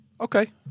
okay